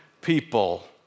people